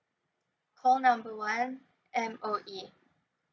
call number one M_O_E